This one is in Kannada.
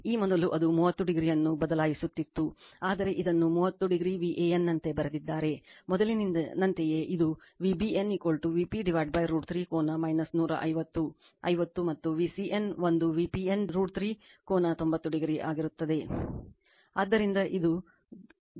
ಈ ಮೊದಲು ಅದು 30o ಅನ್ನು ಬದಲಾಯಿಸುತ್ತಿತ್ತು ಆದರೆ ಇದನ್ನು 30o Van ನಂತೆ ಬರೆದಿದ್ದಾರೆ ಮೊದಲಿನಂತೆಯೇ ಇದು V bn Vp √ 3 ಕೋನ 150 50 ಮತ್ತು V cn ಒಂದು Vpn √ 3 ಕೋನ 90o ಆಗಿರುತ್ತದೆ